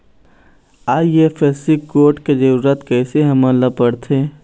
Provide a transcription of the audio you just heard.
IFSC code के जरूरत कैसे हमन ला पड़थे?